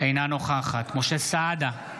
אינה נוכחת משה סעדה,